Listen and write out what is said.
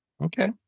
Okay